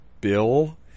bill